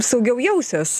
saugiau jausiuos